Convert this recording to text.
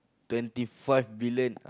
twenty five billion